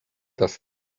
das